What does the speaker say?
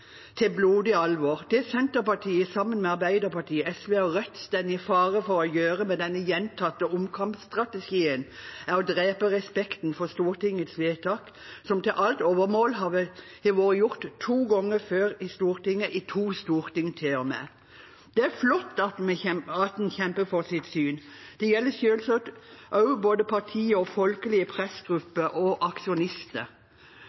til spøk til blodig alvor: Det Senterpartiet sammen med Arbeiderpartiet, SV og Rødt står i fare for å gjøre med denne gjentatte omkampstrategien, er å drepe respekten for Stortingets vedtak, som til alt overmål har vært gjort to ganger før i Stortinget – i to storting til og med. Det er flott at en kjemper for sitt syn. Det gjelder selvsagt både partier og folkelige